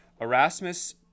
Erasmus